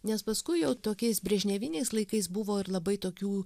nes paskui jau tokiais brežneviniais laikais buvo ir labai tokių